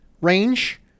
range